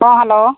hello